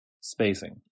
spacing